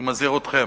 אני מזהיר אתכם.